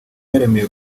yaremeye